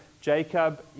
Jacob